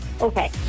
Okay